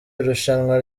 irushanwa